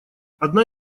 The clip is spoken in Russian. одна